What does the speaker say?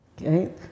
Okay